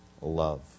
love